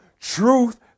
truth